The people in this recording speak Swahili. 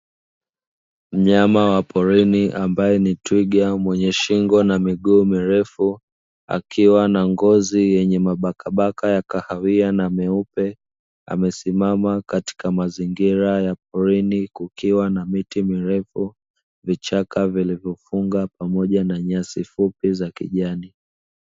Mnyama wa porini ambaye ni twiga mwenye shingo na miguu mirefu akiwa na ngozi yenye mabakabaka ya kahawia na myeupe amesimama katika mazingira ya porini kukiwa na miti mirefu, vichaka vilivyofunga pamoja na nyasi fupi za kijani.